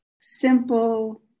simple